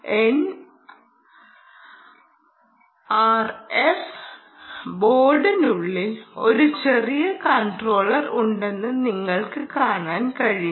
NRF ബോർഡിനുള്ളിൽ ഒരു ചെറിയ കൺട്രോളർ ഉണ്ടെന്ന് നിങ്ങൾക്ക് കാണാൻ കഴിയും